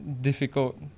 difficult